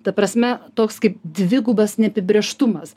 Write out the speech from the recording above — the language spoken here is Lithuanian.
ta prasme toks kaip dvigubas neapibrėžtumas